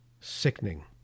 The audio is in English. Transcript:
sickening